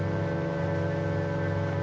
or